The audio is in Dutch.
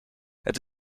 het